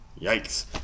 Yikes